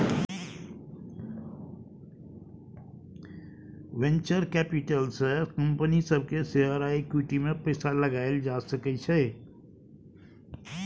venture capital से company सब के शेयर आ इक्विटी में पैसा लगाएल जा सकय छइ